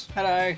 Hello